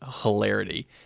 hilarity